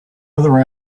other